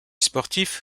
sportif